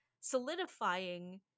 solidifying